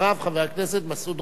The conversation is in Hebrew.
חבר הכנסת מסעוד גנאים.